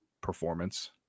performance